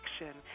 action